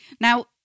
Now